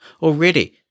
Already